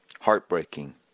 Heartbreaking